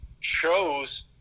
chose